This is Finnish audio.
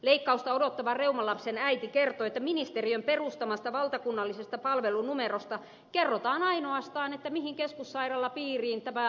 leikkausta odottavan reumalapsen äiti kertoi että ministeriön perustamasta valtakunnallisesta palvelunumerosta kerrotaan ainoastaan mihin keskussairaalapiiriin tämä lapsi kuuluu